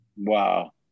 Wow